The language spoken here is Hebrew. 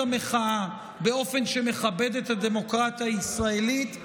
המחאה באופן שמכבד את הדמוקרטיה הישראלית,